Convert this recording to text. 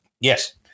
Yes